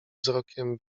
wzrokiem